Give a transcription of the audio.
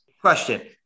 Question